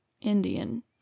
Indian